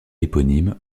éponyme